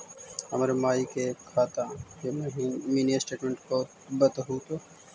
हमर माई के खाता के मीनी स्टेटमेंट बतहु तो?